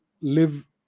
live